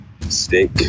steak